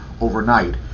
overnight